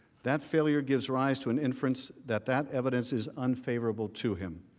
that failure gives rise to an inference that that evidence is unfavorable to him.